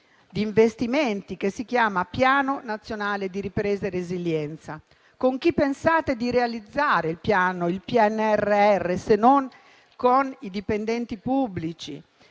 di investimenti che si chiama Piano nazionale di ripresa e resilienza. Con chi pensate di realizzare il PNRR se non con i dipendenti pubblici?